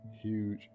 huge